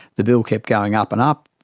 the bill kept going up and up.